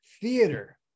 theater